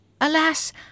Alas